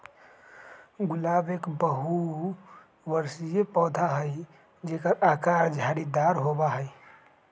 गुलाब एक बहुबर्षीय पौधा हई जेकर आकर झाड़ीदार होबा हई